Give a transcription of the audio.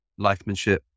lifemanship